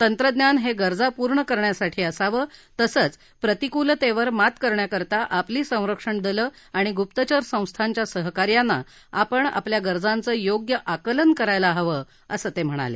तंत्रज्ञान हे गरजा पूर्ण करण्यासाठी असावं तसंच प्रतिकूलतेवर मात करण्याकरता आपली संरक्षण दलं आणि गुप्तचर संस्थांच्या सहकार्यानं आपण आपल्या गरजांचं योग्य आकलन करायला हवं असं ते म्हणाले